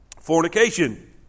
fornication